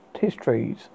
histories